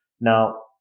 now